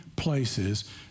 Places